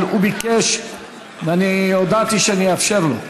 אבל הוא ביקש ואני הודעתי שאני אאפשר לו.